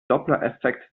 dopplereffekt